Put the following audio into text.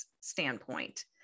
standpoint